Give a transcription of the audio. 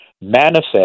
manifest